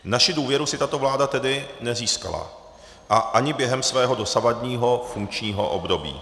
Naši důvěru si tato vláda tedy nezískala ani během svého dosavadního funkčního období.